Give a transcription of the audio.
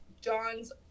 John's